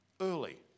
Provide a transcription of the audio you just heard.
early